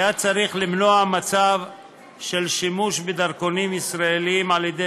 היה צריך למנוע מצב של שימוש בדרכונים ישראליים על-ידי